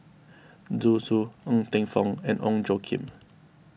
Zhu Xu Ng Teng Fong and Ong Tjoe Kim